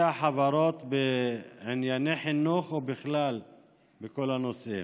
החברות בענייני חינוך ובכלל בכל הנושאים.